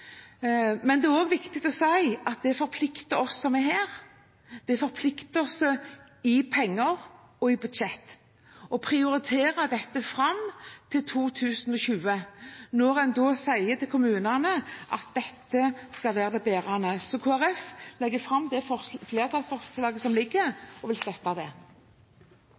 Men det er også viktig å si at det forplikter oss som er her – det forplikter oss i form av penger og i budsjett – å prioritere dette fram mot 2020, når en da sier til kommunene at dette skal være det bærende. Så Kristelig Folkeparti anbefaler det flertallsforslaget som ligger, og vil støtte det.